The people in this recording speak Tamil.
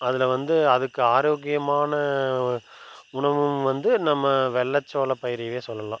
அதில் வந்து அதுக்கு ஆரோக்கியமான உணவும் வந்து நம்ம வெள்ளை சோளப்பயிரவே சொல்லலாம்